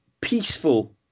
peaceful